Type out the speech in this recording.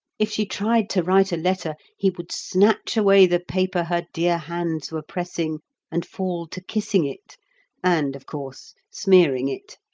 if she tried to write a letter, he would snatch away the paper her dear hands were pressing and fall to kissing it and, of course, smearing it.